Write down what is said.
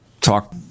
talk